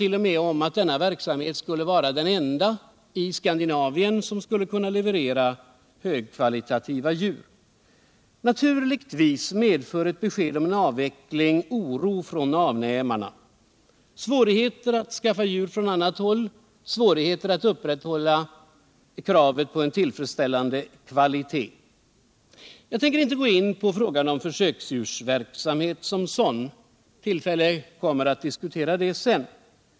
0. m. talats om att denna verksamhet skulle vara den enda i Skandinavien som kan leverera högkvalitativa försöksdjur. Naturligtvis medför ett besked om avveckling oro för avnämarna, svårigheter att skaffa djur från annat håll och svårigheter att upprätthålla kravet på en tillfredsställande kvalitet. Jag tänker inte här gå in på frågan om försöksdjursverksamheten som sådan -— tillfälle att diskutera den kommer senare.